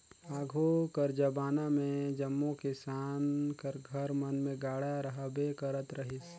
आघु कर जबाना मे जम्मो किसान कर घर मन मे गाड़ा रहबे करत रहिस